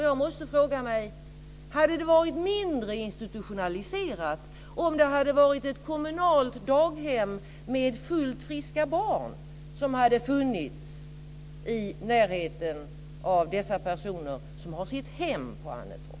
Jag måste fråga: Hade det varit mindre institutionaliserat om det varit ett kommunalt daghem med fullt friska barn som funnits i närheten av dessa personer som har sitt hem på Annetorp?